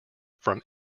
from